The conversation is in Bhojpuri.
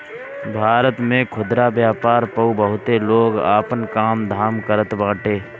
भारत में खुदरा व्यापार पअ बहुते लोग आपन काम धाम करत बाटे